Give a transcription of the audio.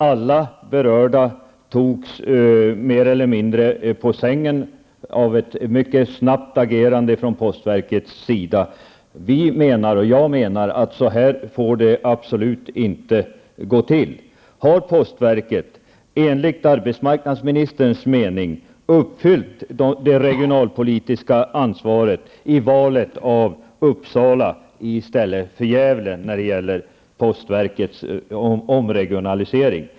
Alla berörda togs mer eller mindre på sängen utav ett mycket snabbt agerande från postverkets sida. Vi menar att det absolut inte får gå till så här. Har postverket enligt arbetsmarknadsministerns mening uppfyllt det regionalpolitiska ansvaret i valet av Uppsala i stället för Gävle i samband med postverkets omregionalisering?